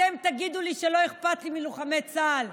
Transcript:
אתם תגידו לי שלא אכפת לי מלוחמי צה"ל?